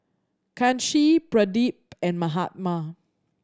Kanshi Pradip and Mahatma